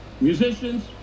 Musicians